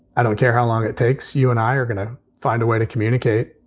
i don't care how long it takes, you and i are gonna find a way to communicate.